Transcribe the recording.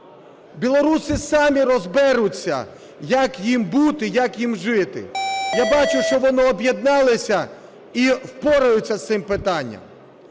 Білоруси самі розберуться, як їм бути, як їм жити. Я бачу, що вони об'єдналися і впораються з цим питанням.